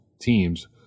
teams